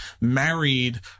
married